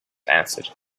answered